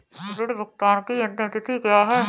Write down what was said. ऋण भुगतान की अंतिम तिथि क्या है?